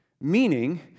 Meaning